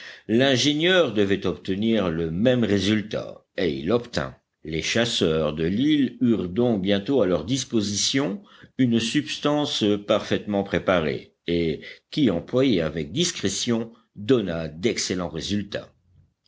l'ingénieur devait obtenir le même résultat et il l'obtint les chasseurs de l'île eurent donc bientôt à leur disposition une substance parfaitement préparée et qui employée avec discrétion donna d'excellents résultats